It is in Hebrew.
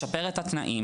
לשפר את התנאים.